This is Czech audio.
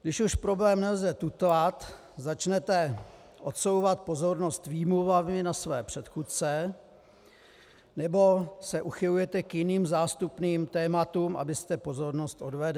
Když už problém nelze tutlat, začnete odsouvat pozornost výmluvami na své předchůdce nebo se uchylujete k jiným, zástupným tématům, abyste pozornost odvedli.